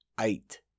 eight